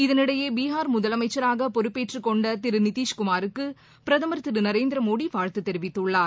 இதனிடையே பீகார் முதலமைச்சராக பொறுப்பேற்றுக் கொண்ட திரு நிதிஷ்குமாருக்கு பிரதமர் திரு நரேந்திரமோடி வாழ்த்து தெரிவித்துள்ளார்